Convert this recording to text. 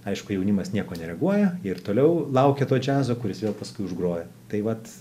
aišku jaunimas nieko nereaguoja ir toliau laukia to džiazo kuris vėl paskui užgroja tai vat